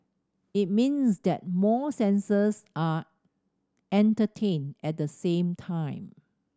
it means that more senses are entertained at the same time